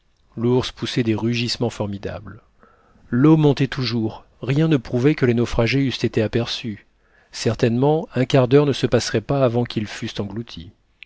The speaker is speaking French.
l'ours poussait des rugissements formidables l'eau montait toujours rien ne prouvait que les naufragés eussent été aperçus certainement un quart d'heure ne se passerait pas avant qu'ils fussent engloutis